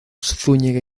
zúñiga